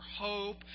hope